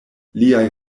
liaj